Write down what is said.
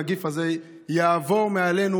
ובעזרת השם הנגיף הזה יעבור מעלינו,